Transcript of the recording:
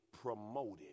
promoted